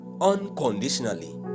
unconditionally